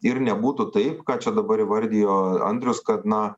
ir nebūtų taip ką čia dabar įvardijo andrius kad na